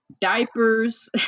diapers